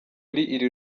iri